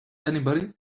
anybody